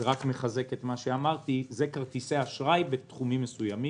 זה רק מחזק את מה שאמרתי זה כרטיסי אשראי בתחומים מסוימים.